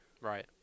Right